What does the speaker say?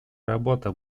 работа